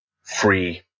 free